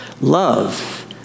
love